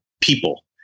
people